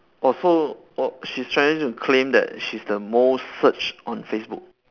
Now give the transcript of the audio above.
oh so oh she's trying to claim that she's the most searched on facebook